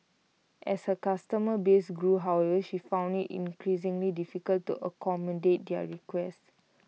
as her customer base grew however she found IT increasingly difficult to accommodate their requests